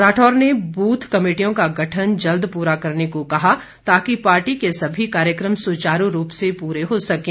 राठौर ने बूथ कमेटियों का गठन जल्द पूरा करने को कहा ताकि पार्टी के सभी कार्यक्रम सुचारू रूप से पूरे हो सकें